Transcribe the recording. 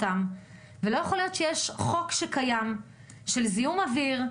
ולא יכול להיות חוק שקיים של זיהום אוויר,